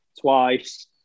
twice